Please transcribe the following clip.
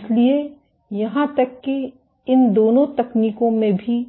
इसलिए यहां तक कि इन दोनों तकनीकों में भी